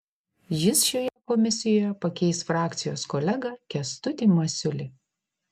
jis šioje komisijoje pakeis frakcijos kolegą kęstutį masiulį